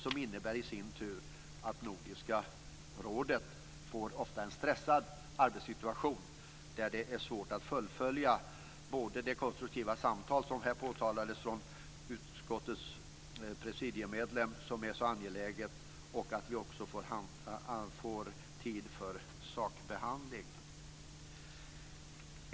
Det innebär i sin tur att Nordiska rådet ofta får en stressad arbetssituation, där det är svårt både att fullfölja de konstruktiva samtal som här påtalades från utskottets presidiemedlem och att få tid för sakbehandling, som är så angeläget.